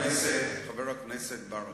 חבר הכנסת ברכה,